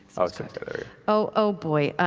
so oh boy,